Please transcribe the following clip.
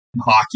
hockey